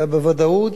אלא בוודאות,